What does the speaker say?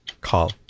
Call